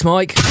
Mike